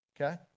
Okay